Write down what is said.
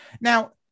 Now